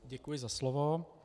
Děkuji za slovo.